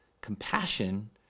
Compassion